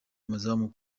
amazamu